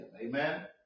Amen